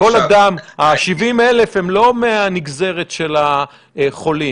ה-70,000 הם לא מהנגזרות של החולים